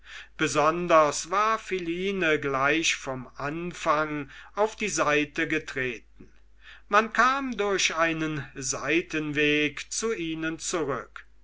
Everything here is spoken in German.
besonders war philine gleich vom anfang auf die seite getreten man kam durch einen seitenweg zu ihnen zurück